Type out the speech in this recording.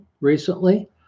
recently